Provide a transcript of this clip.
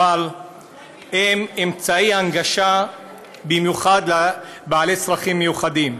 הן אמצעי הנגשה במיוחד לאנשים עם צרכים מיוחדים,